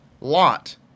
lot